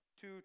two